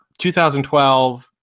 2012